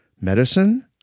medicine